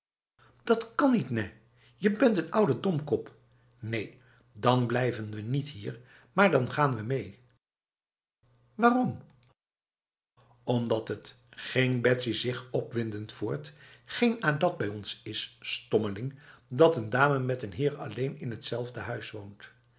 dat kan niet nèh je bent een oude domkop neen dan blijven we niet hier maar dan gaan we mee waarom omdat het ging betsy zich opwindend voort geen adat bij ons is stommeling dat een dame met een heer alleen in hetzelfde huis woont